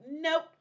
nope